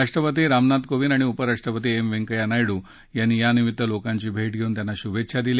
राष्ट्रपती रामनाथ कोविंद आणि उपराष्ट्रपती एम व्यंकय्या नायडू यांनी यानिमित्तानं लोकांची भेट घेऊन त्यांना शुभेच्छा दिल्या